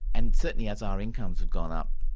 and certainly as our incomes have gone up,